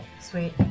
Sweet